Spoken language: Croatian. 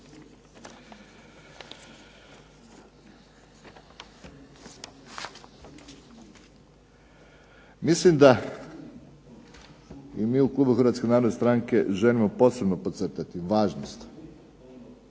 Mislim da i mi u Klubu Hrvatske narodne stranke želimo posebno podcrtati važnost,